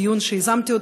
דיון שיזמתי,